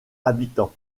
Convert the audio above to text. habitants